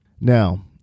Now